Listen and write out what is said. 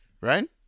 right